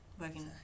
working